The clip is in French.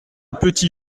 petit